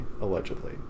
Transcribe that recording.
allegedly